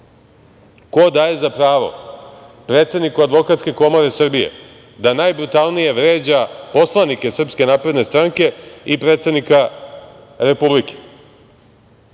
Ko daje za pravo predsedniku Advokatske komore Srbije da najbrutalnije vređa poslanike SNS i predsednika Republike?